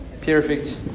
Perfect